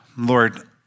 Lord